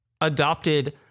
adopted